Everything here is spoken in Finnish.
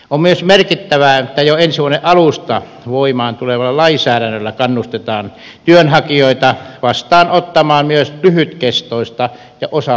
on myös merkittävää että jo ensi vuoden alusta voimaan tulevalla lainsäädännöllä kannustetaan työnhakijoita vastaanottamaan myös lyhytkestoista ja osa aikaista työtä